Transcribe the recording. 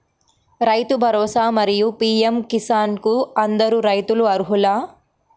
రైతు భరోసా, మరియు పీ.ఎం కిసాన్ కు అందరు రైతులు అర్హులా?